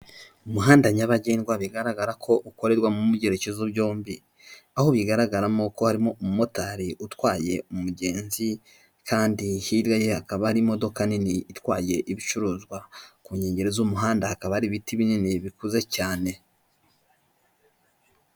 Umuhanda nyabagendwa bigaragara ko ukorerwa mu byerekezo byombi. Aho bigaragaramo ko harimo umumotari utwaye umugenzi, kandi hirya ye hakaba hari imodoka nini itwaye ibicuruzwa. Ku nkengero z'umuhanda hakaba hari ibiti binini bikuze cyane.